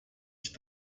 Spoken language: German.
ich